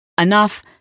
enough